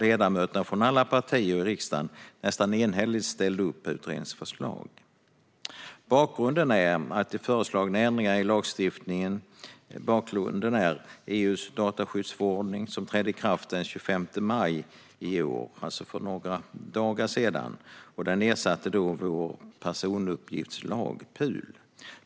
Ledamöter från alla partier i riksdagen ställde nästan enhälligt upp på utredningens förslag. Bakgrunden är EU:s dataskyddsförordning, som trädde i kraft den 25 maj i år - alltså för några dagar sedan - och då ersatte vår personuppgiftslag, PUL.